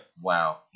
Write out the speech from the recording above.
Wow